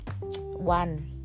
one